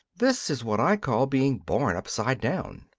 this is what i call being born upside down.